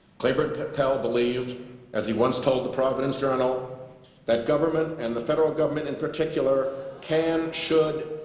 claiborne pell believed as he once told the providence journal that government and the federal government in particular can, should,